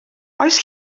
oes